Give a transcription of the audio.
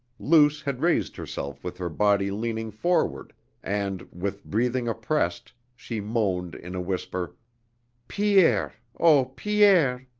luce had raised herself with her body leaning forward and, with breathing oppressed, she moaned in a whisper pierre, oh, pierre!